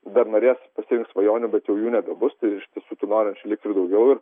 dar norės pasirinkt svajonių bet jau jų nebebus tai iš tiesų tų norinčių lyg ir daugiau ir